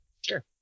Sure